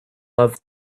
loved